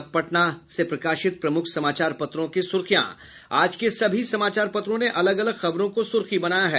अब पटना से प्रकाशित प्रमुख समाचार पत्रों की सुर्खियां आज के सभी समाचार पत्रों ने अलग अलग खबरों को सुर्खी बनाया है